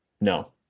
No